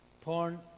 Porn